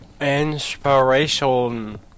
Inspiration